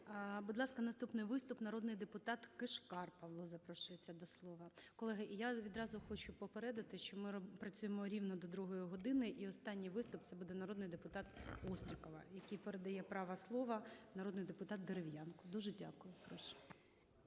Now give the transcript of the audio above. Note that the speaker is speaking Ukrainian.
Будь ласка, наступний виступ. Народний депутат Кишкар Павло запрошується до слова. Колеги, я відразу хочу попередити, що ми працюємо рівно до другої години, і останній виступ – це буде народний депутат Острікова, якій передає право слова народний депутат Дерев'янко. Дуже дякую.